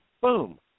boom